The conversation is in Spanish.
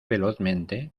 velozmente